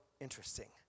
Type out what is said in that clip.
interesting